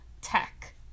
tech